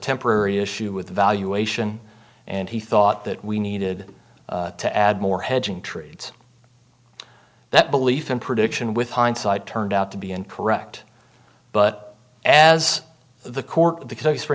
temporary issue with valuation and he thought that we needed to add more hedging trades that belief in prediction with hindsight turned out to be incorrect but as the court because